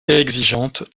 exigeante